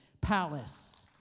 palace